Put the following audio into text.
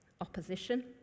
opposition